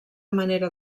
manera